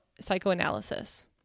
psychoanalysis